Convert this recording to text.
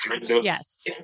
yes